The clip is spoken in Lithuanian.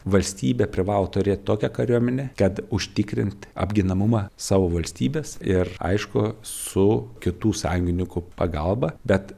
valstybė privalo turėt tokią kariuomenę kad užtikrint apginamumą savo valstybės ir aišku su kitų sąjungininkų pagalba bet